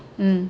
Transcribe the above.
mm